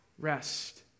Rest